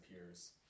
appears